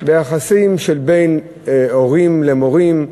ביחסים שבין הורים למורים,